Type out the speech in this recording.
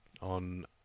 on